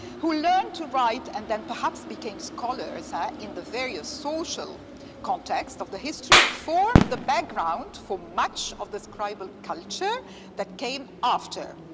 who learned to write and then perhaps became scholars ah in the various social context of the history formed the background for much of the scribal culture that came after.